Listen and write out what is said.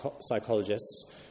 psychologists